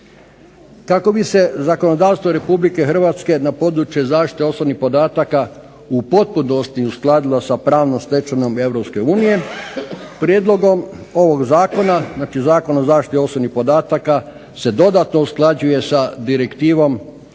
Tako bi se zakonodavstvo RH na području zaštite osobnih podataka u potpunosti uskladilo sa pravnom stečevinom EU prijedlogom ovoga zakona znači Zakona o zaštiti osobnih podataka se dodatno usklađuje sa Direktivom